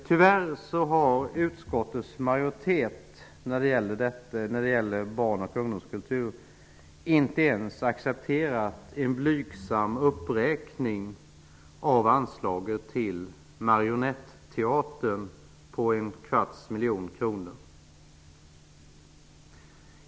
Tyvärr har utskottets majoritet när det gäller barnoch ungdomskultur inte ens accepterat en blygsam uppräkning av anslaget till Marionetteatern på en kvarts miljon kronor.